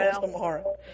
tomorrow